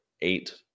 eight